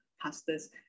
pastors